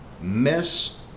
Miss